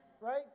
right